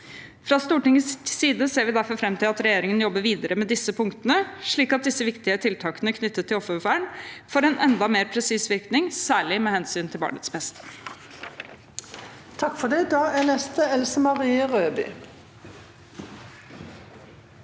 Fra Stortingets side ser vi derfor fram til at regjeringen jobber videre med disse punktene, slik at disse viktige tiltakene knyttet til offervern får en enda mer presis virkning, særlig med hensyn til barns beste.